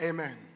Amen